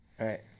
right